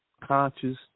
conscious